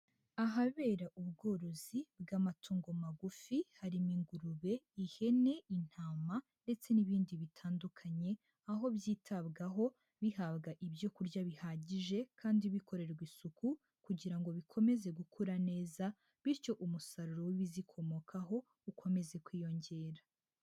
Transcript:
Ahabera ubworozi bw'amatungo magufi harimo ingurube, ihene ni intama ndetse n'ibindi bitandukanye aho byitabwaho bihabwa ibyo kurya bihagije kandi bikorerwa isuku kugira ngo bikomeze gukura neza bityo umusaruro w'ibizikomokaho ukomeze kwiyongera.